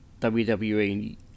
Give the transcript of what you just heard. WWE